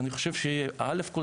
ואני חושב ש-א' כל,